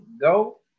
go